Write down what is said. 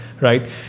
right